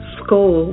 school